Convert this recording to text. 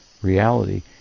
reality